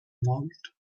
malt